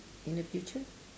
in the future